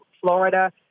Florida